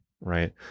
right